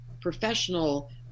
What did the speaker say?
professional